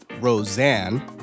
Roseanne